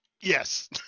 Yes